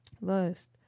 lust